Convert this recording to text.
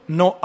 no